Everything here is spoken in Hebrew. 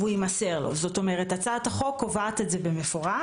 התיעוד יימסר לו, הצעת החוק קובעת את זה במפורש.